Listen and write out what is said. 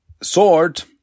sword